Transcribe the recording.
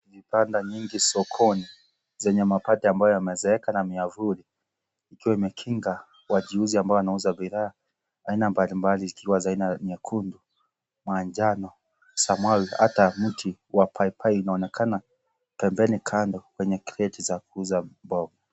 Vibanda nyingi sokoni zenye mabati ambayo yamezeeka na miavuli ikiwa imekinga wachuuzi ambao wanauza bidhaa aina mbalimbali zikiwa za aina nyekundu, manjano, samawi, hata mti wa papai unaonekana pembeni kando kwenye kreti za kuuza mboga.